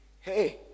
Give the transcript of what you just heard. hey